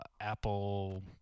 Apple